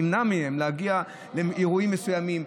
נמנע מהם להגיע לאירועים מסוימים.